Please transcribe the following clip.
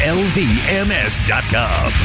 lvms.com